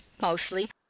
mostly